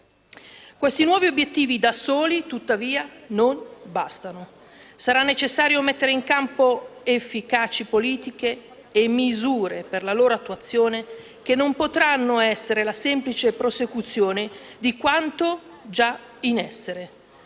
Questi nuovi obiettivi da soli, tuttavia, non bastano. Sarà necessario mettere in campo efficaci politiche e misure per la loro attuazione che non potranno essere la semplice prosecuzione di quanto già in essere.